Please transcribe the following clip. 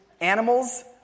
animals